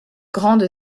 grande